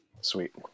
Sweet